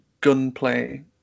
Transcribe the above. gunplay